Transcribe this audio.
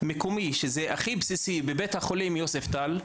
שזה הכי בסיסי, ביוספטל.